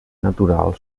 natural